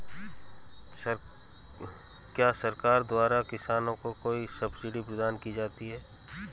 क्या सरकार द्वारा किसानों को कोई सब्सिडी प्रदान की जाती है?